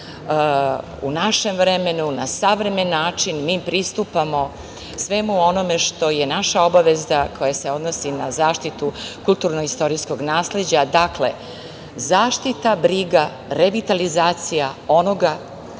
u našem vremenu, na savremen način, mi pristupamo svemu onome što je naša obaveza koja se odnosi na zaštitu kulturno-istorijskog nasleđa. Dakle, zaštita, briga, revitalizacija onoga